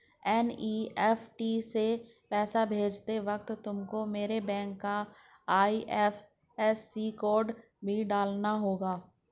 NEFT से पैसा भेजते वक्त तुमको मेरे बैंक का आई.एफ.एस.सी कोड भी डालना होगा